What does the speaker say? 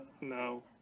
no